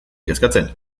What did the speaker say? kezkatzen